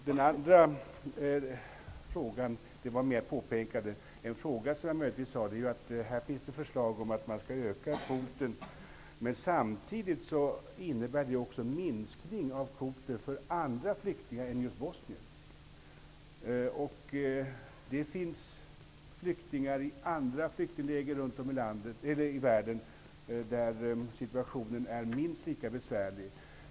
Den andra sak som jag påpekade är att det finns förslag om att man skall öka kvoten. Samtidigt innebär det en minskning av kvoten för andra flyktingar än just flyktingar från Bosnien. Det finns flyktingar i andra flyktingläger runt om i världen, där situationen är minst lika besvärlig.